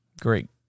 great